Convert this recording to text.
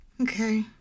Okay